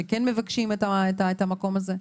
שכן מבקשים את המקום הזה.